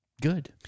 good